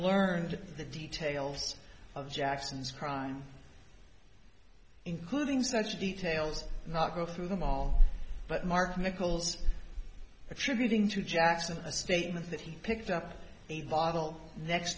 learned the details of jackson's crime including such details not go through them all but mark nichols attributing to jackson a statement that he picked up a bottle next